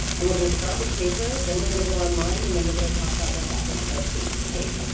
and we're going to start with papers, then and we're going to go online, and then we're going to talk about what that looks like face-to-face.